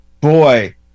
boy